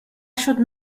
should